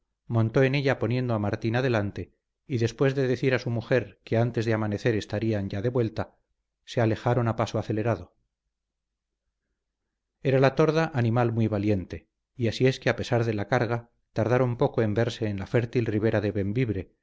montó en ella poniendo a martina delante y después de decir a su mujer que antes de amanecer estarían va de vuelta se alejaron a paso acelerado era la torda animal muy valiente y así es que a pesar de la carga tardaron poco en verse en la fértil ribera de